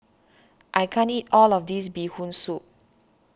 I can't eat all of this Bee Hoon Soup